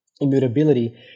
immutability